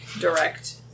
direct